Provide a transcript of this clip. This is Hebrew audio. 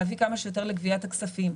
להביא כמה שיותר לגביית הכספים.